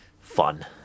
fun